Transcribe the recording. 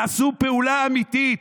תעשו פעולה אמיתית.